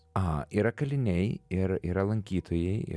a yra kaliniai ir yra lankytojai